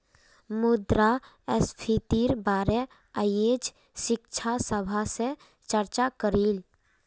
मुद्रास्फीतिर बारे अयेज शिक्षक सभा से चर्चा करिल